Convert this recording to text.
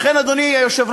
לכן, אדוני היושב-ראש,